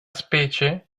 specie